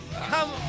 come